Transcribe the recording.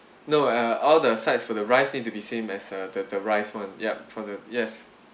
no uh all the sides for the rice need to be same as uh the the rice one yup for the yes